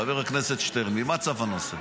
חבר הכנסת שטרן, ממה צף הנושא?